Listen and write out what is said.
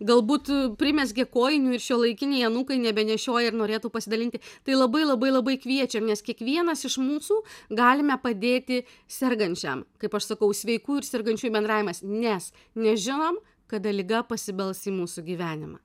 galbūt primezgė kojinių ir šiuolaikiniai anūkai nebenešioja ir norėtų pasidalinti tai labai labai labai kviečiam nes kiekvienas iš mūsų galime padėti sergančiam kaip aš sakau sveikų ir sergančiųjų bendravimas nes nežinom kada liga pasibels į mūsų gyvenimą